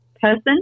person